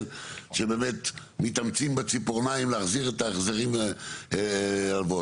שבאמת מתאמצים בציפורניים להחזיר את ההחזרים האלה,